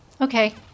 Okay